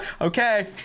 Okay